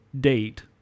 date